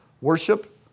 Worship